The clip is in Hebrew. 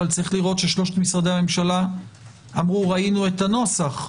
אבל צריך לראות ששלושת משרדי הממשלה אמרו: ראינו את הנוסח.